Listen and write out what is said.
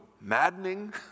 maddening